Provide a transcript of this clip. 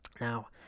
Now